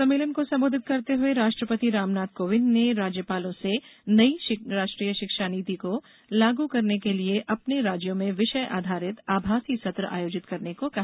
सम्मेलन को संबोधित करते हुए राष्ट्रपति रामनाथ कोविंद ने राज्यपालों से नई राष्ट्रीय शिक्षा नीति को लागू करने के लिए अपने राज्यों में विषय आधारित आभासी सत्र आयोजित करने को कहा